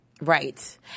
Right